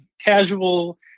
casual